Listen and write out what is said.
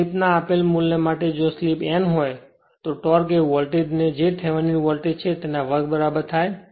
slip ના આપેલ મૂલ્ય માટે જો સ્લિપ n હોય તો ટોર્ક એ વોલ્ટેજ જે થેવેનિન વોલ્ટેજ છે તે ના વર્ગ બરાબર થાય